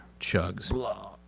chugs